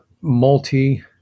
multi